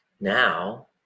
Now